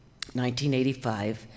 1985